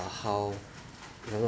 how if I'm